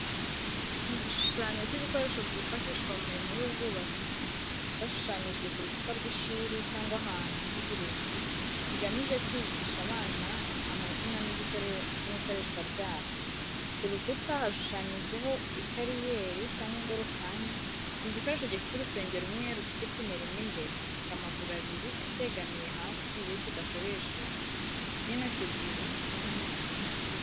Ni igishushanyo cy’ibikoresho byifashishwa mu mirimo y’ubwubatsi cyashushanyijwe ku rukuta rw’ishuri cyangwa ahantu h’uburezi bigamije kwigisha abana amazina n’ikoreshwa ryabyo. Ku rukuta hashushanyijeho ikariyeri cyangwa ingorofani, ni igikoresho gifite urusenge rumwe rufite ipine rimwe imbere, gifite amaguru abiri acyegamiye hasi iyo kidakoreshejwe, n’intoki ebyiri z’aho umuntu agifatira.